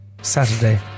Saturday